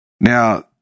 Now